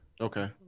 Okay